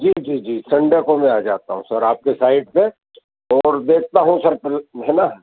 जी जी जी संडे को मैं आ जाता हूँ सर आपके साइट पर और देखता हूँ सर फिर है ना